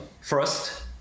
First